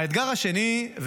האתגר השני,